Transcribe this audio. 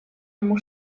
ему